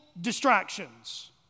distractions